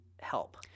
help